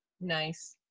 Nice